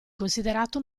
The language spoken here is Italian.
considerato